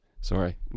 Sorry